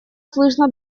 слышно